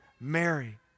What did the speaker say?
Mary